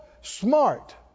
smart